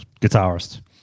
guitarist